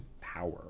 power